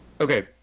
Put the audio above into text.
Okay